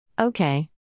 Okay